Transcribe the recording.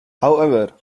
however